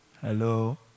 Hello